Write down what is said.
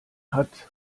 hat